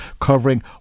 covering